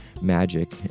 magic